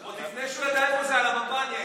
עודד, הוא לא ראוי להיות ראש ממשלה?